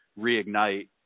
reignite